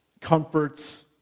comforts